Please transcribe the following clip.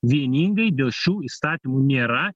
vieningai dėl šių įstatymų nėra